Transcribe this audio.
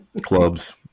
clubs